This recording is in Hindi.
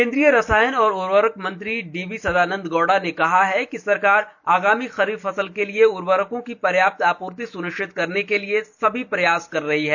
केंद्रीय रसायन और उर्वरक मंत्री डी वी सदानन्द गौडा ने कहा है कि सरकार आगामी खरीफ फसल के लिए उर्वरकों की पर्याप्त आपूर्ति सुनिश्चित करने के लिए सभी प्रयास कर रही है